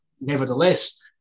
nevertheless